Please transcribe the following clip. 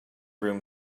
room